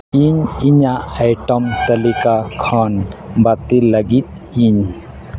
ᱤᱧ ᱤᱧᱟᱹᱜ ᱟᱭᱴᱮᱢ ᱛᱟᱹᱞᱤᱠᱟ ᱠᱷᱚᱱ ᱵᱟᱹᱛᱤᱞ ᱞᱟᱹᱜᱤᱫ ᱤᱧ